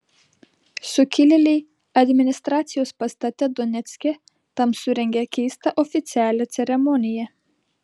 sukilėliai administracijos pastate donecke tam surengė keistą oficialią ceremoniją